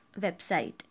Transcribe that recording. website